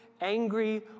angry